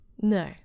No